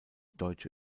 deutsche